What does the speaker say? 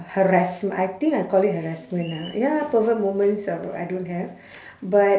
harassme~ I think I call it harassment ah ya pervert moments uh I don't have but